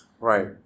Right